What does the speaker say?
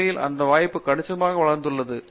உண்மையில் அந்த வாய்ப்பு கணிசமாக வளர்ந்துள்ளது